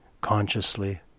consciously